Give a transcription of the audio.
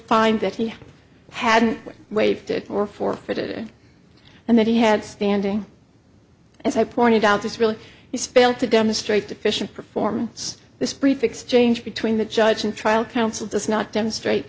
find that he hadn't waited for four for today and that he had standing as i pointed out this really has failed to demonstrate deficient performance this brief exchange between the judge and trial counsel does not demonstrate